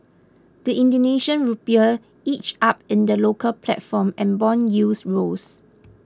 the Indonesian Rupiah inched up in the local platform and bond yields rose